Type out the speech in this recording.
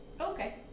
Okay